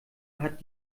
hat